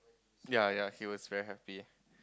ya ya he was very happy